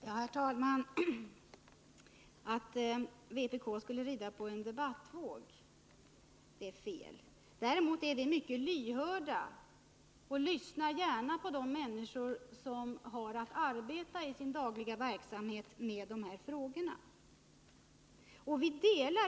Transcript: Herr talman! Att vpk skulle rida på en debattvåg är fel. Däremot är vi mycket lyhörda och lyssnar gärna på de människor som i sin dagliga verksamhet har att arbeta med de här frågorna.